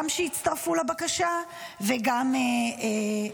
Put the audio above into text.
גם שהצטרפו לבקשה וגם לכולכם.